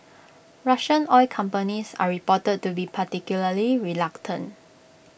Russian oil companies are reported to be particularly reluctant